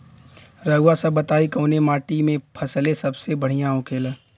रउआ सभ बताई कवने माटी में फसले सबसे बढ़ियां होखेला?